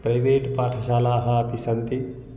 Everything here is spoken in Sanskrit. प्रैवेट् पाठशालाः अपि सन्ति